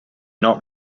not